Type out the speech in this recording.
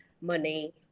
money